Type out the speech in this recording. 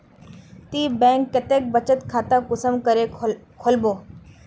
ती बैंक कतेक बचत खाता कुंसम करे खोलबो?